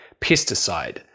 pesticide